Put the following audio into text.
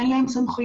אין להם סמכויות,